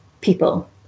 people